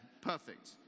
Perfect